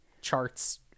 charts